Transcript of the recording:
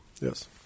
yes